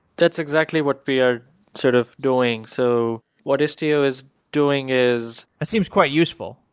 that's exactly what we are sort of doing. so what istio is doing is it seems quite useful.